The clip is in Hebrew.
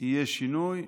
יהיה שינוי.